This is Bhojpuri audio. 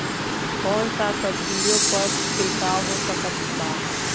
कौन सा सब्जियों पर छिड़काव हो सकत बा?